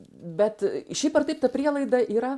bet šiaip ar taip ta prielaida yra